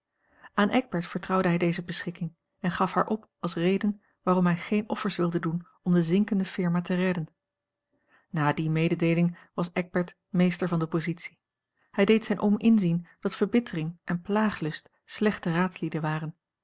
aan eckbert vertrouwde hij deze beschikking en gaf haar op als de reden waarom hij geen offers wilde doen om de zinkende firma te redden na die meedeeling was eckbert meester van de positie hij deed zijn oom inzien dat verbittering en plaaglust slechte raadslieden waren